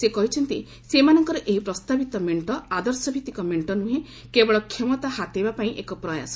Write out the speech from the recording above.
ସେ କହିଛନ୍ତି ସେମାନଙ୍କର ଏହି ପ୍ରସ୍ତାବିତ ମେଣ୍ଟ ଆଦର୍ଶ ଭିଭିକ ମେଣ୍ଟ ନୁହେଁ କେବଳ କ୍ଷମତା ହାତେଇବା ପାଇଁ ଏକ ପ୍ରୟାସ